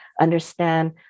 understand